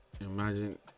imagine